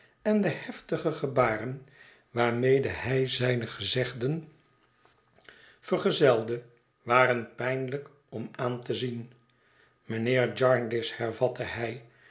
en de heftige gebaren waarmede hij zijne gezegden vergezelde waren pijnlijk om aan te zien mijnheer jarndyce hervatte hij